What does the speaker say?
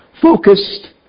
focused